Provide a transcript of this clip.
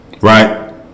right